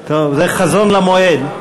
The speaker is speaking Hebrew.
טוב, זה חזון למועד.